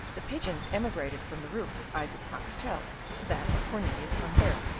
the pigeons emigrated from the roof of isaac boxtel to that of cornelius van baerle.